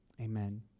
Amen